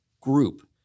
group